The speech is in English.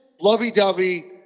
lovey-dovey